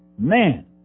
man